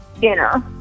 dinner